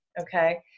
okay